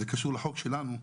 זה קשור לחוק שלנו,